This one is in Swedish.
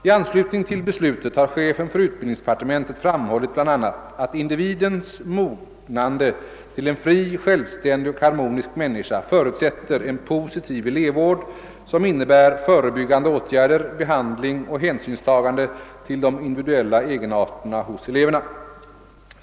I anslutning till beslutet har chefen för utbildningsdepartementet framhållit bl.a. att individens mognande till en fri, självständig och harmonisk människa förutsätter en positiv elevvård som innebär förebyggande åtgärder, behandling och hänsynstagande till de individuella egenarterna hos eleverna.